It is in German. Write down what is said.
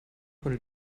von